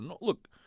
Look